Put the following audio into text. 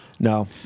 No